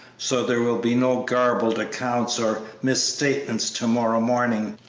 so there will be no garbled accounts or misstatements to-morrow morning.